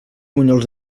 bunyols